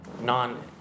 non